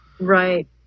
Right